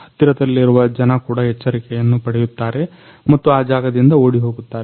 ಹತ್ತಿರದಲ್ಲಿರುವ ಜನ ಕೂಡ ಎಚ್ಚರಿಕೆಯನ್ನ ಪಡೆಯುತ್ತಾರೆ ಮತ್ತು ಆ ಜಾಗದಿಂದ ಓಡಿಹೋಗುತ್ತಾರೆ